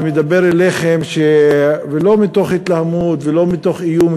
ומדבר אליכם לא מתוך התלהמות ולא מתוך איום,